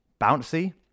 bouncy